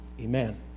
Amen